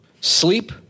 Sleep